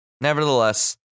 nevertheless